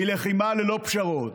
היא לחימה ללא פשרות,